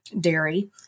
dairy